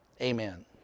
amen